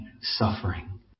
suffering